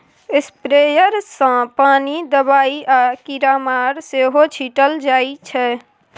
sprayer सँ पानि, दबाइ आ कीरामार सेहो छीटल जाइ छै